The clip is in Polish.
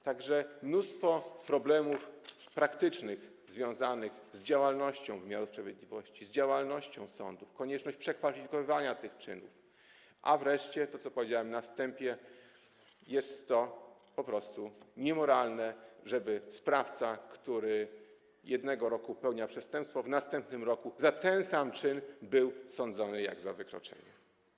Tak że jest mnóstwo problemów praktycznych związanych z działalnością wymiaru sprawiedliwości, z działalnością sądów, jest konieczność przekwalifikowywania tych czynów, a wreszcie, jak powiedziałem na wstępie, jest to po prostu niemoralne, żeby sprawca, który w jednym roku popełnia przestępstwo, w następnym roku za ten sam czyn był sądzony jak za wykroczenie.